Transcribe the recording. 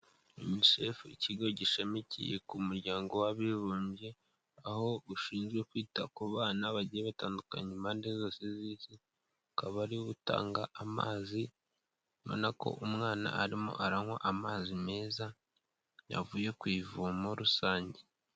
UNICEF ikigo gishamikiye ku Muryango w'Abibumbye, aho ushinzwe kwita ku bana bagiye batandukanye, impande zose z'isi; ukaba ari wo utanga amazi. Urabona ko umwana arimo aranywa amazi meza, yavuye ku ivomo rusange.